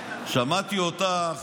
שמעתי אותך